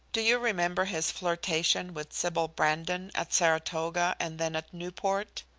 do you remember his flirtation with sybil brandon at saratoga and then at newport?